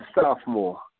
Sophomore